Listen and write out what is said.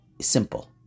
simple